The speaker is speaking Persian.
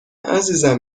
عزیزم